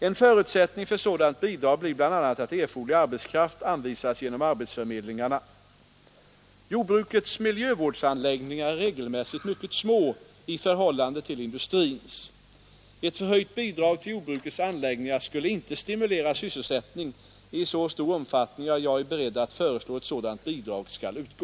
En förutsättning för sådant bidrag blir bl.a. att erforderlig arbetskraft anvisas genom arbetsförmedlingari Jordbrukets miljövårdsanläggningar är regelmässigt mycket små i förhållande till industrins. Ett förhöjt bidrag till jordbrukets anläggningar skulle inte stimulera sysselsättningen i så stor omfattning att jag är beredd att föreslå att sådant bidrag skall utgå.